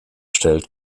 stellt